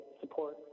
support